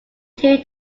two